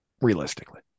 realistically